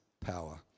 power